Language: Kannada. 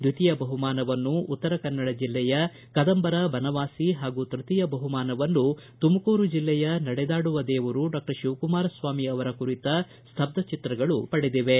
ದ್ವಿತೀಯ ಬಹುಮಾನವನ್ನು ಉತ್ತರ ಕನ್ನಡ ಜಿಲ್ಲೆಯ ಕದಂಬರ ಬನವಾಸಿ ಹಾಗೂ ತೃತೀಯ ಬಹುಮಾನವನ್ನು ತುಮಕೂರು ಜಿಲ್ಲೆಯ ನಡೆದಾಡುವ ದೇವರು ಡಾ ಶಿವಕುಮಾರ ಸ್ವಾಮಿ ಅವರ ಕುರಿತ ಸ್ತಬ್ಧ ಚಿತ್ರಗಳು ಪಡೆದಿವೆ